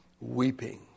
weeping